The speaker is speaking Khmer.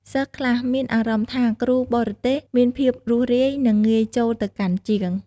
សិស្សខ្លះមានអារម្មណ៍ថាគ្រូបរទេសមានភាពរួសរាយ និងងាយចូលទៅកាន់ជាង។